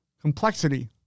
Complexity